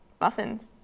muffins